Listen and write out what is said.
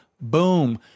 Boom